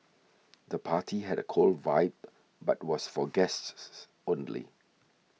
the party had a cool vibe but was for guests only